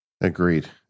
Agreed